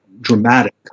dramatic